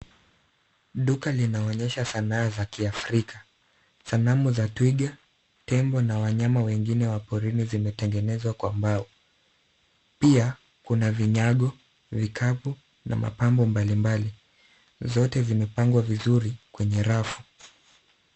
Duka linaonyesha sanaa za kiafrika, sanamu za twiga, tembo na wanyama wengine wa porini, zimetengenezwa kwa mbao. Pia, kuna vinyago, vikapu, na mapambo mbalimbali, zote zimepangwa vizuri kwenye rafu.